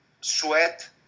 sweat